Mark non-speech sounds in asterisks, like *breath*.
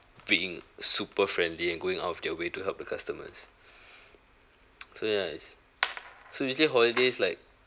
being super friendly and going out of their way to help the customers *breath* *noise* so ya is so usually holidays like